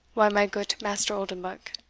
why, my goot master oldenbuck,